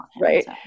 Right